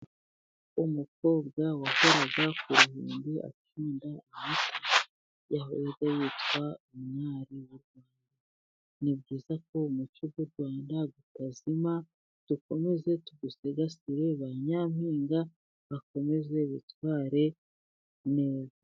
Umukobwa wakoraga ku bihumbi akunda imiti yahoda yitwa umwari ni byiza ko muco w'urwanda utazima dukomeze tuwusigasire ba nyampinga bakomeze bitware neza.